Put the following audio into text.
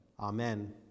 Amen